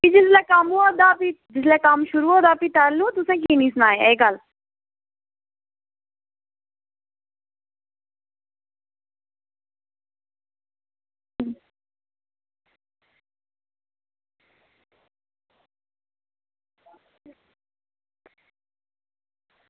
ते जिसलै कम्म होआ दा फ्ही जिसलै कम्म शुरू होए दा फ्ही तैल्लू तुसें की निं सनाया एह् गल्ल